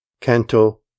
Canto